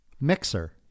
mixer